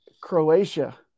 Croatia